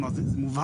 כלומר זה מובהק,